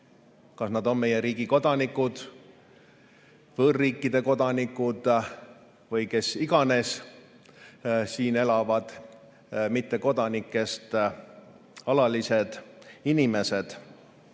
kas nad on meie riigi kodanikud, võõrriikide kodanikud või kes iganes siin elavad mittekodanikest alalised elanikud.